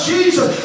Jesus